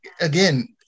again